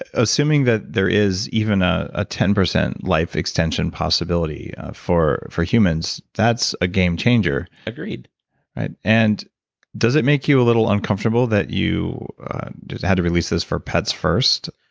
ah assuming that there is even ah a ten percent life extension possibility for for humans, that's a game changer agreed right? and does it make you a little uncomfortable that you had to release this for pets first?